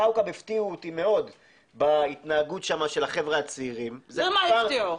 כאוכב הפתיעו אותי מאוד בהתנהגות שם של החבר'ה הצעירים --- מה הפתיעו?